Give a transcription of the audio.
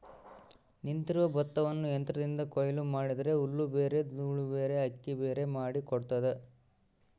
ನಿಂತಿರುವ ಭತ್ತವನ್ನು ಯಂತ್ರದಿಂದ ಕೊಯ್ಲು ಮಾಡಿದರೆ ಹುಲ್ಲುಬೇರೆ ದೂಳುಬೇರೆ ಅಕ್ಕಿಬೇರೆ ಮಾಡಿ ಕೊಡ್ತದ